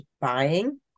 buying